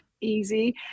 easy